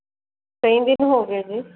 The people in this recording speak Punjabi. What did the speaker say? ਕਈ ਦਿਨ ਹੋ ਗਏ ਜੀ